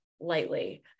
lightly